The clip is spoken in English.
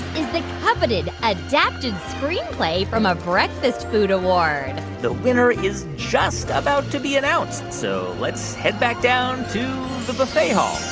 is the coveted adapted screenplay from a breakfast food award the winner is just about to be announced, so let's head back down to the buffet hall